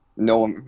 No